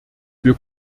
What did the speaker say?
wir